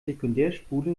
sekundärspule